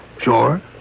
Sure